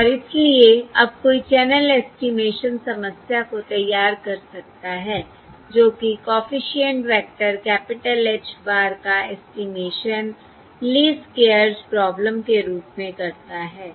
और इसलिए अब कोई चैनल ऐस्टीमेशन समस्या को तैयार कर सकता है जो कि coefficient vector capital H bar का ऐस्टीमेशन लीस्ट स्क्वेयर्स प्रॉब्लम के रूप में करता है